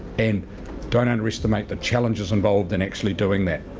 and don't underestimate the challenges involved in actually doing that.